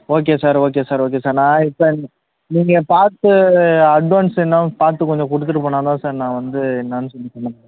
okay sir okay sir okay sir நான் இப்போ நீ நீங்கள் பார்த்து அட்வான்ஸ் என்னென்னு பார்த்து கொஞ்சம் கொடுத்துட்டு போனால் தான் சார் நான் வந்து என்னென்னு கொஞ்சம் சொல்ல முடியும்